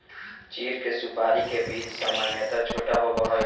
चीड़ के सुपाड़ी के बीज सामन्यतः छोटा होबा हई